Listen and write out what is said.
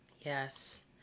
yes